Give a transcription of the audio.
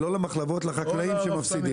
לא למחלבות, לחקלאים שמפסידים.